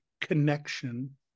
connection